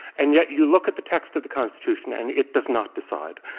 and yet, you look at the text of the constitution, and it does not decide,